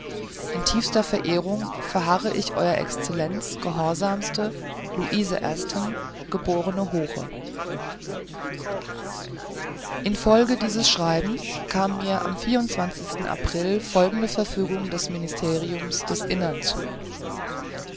in tiefster verehrung verharre ich ew excellenz gehorsamste louise aston geb hoche in folge dieses schreibens kam mir am sten april folgende verfügung des ministeriums des innern zu